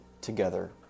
together